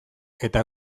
eta